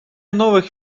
новых